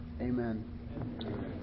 Amen